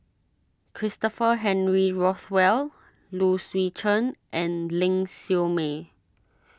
Christopher Henry Rothwell Low Swee Chen and Ling Siew May